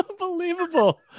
unbelievable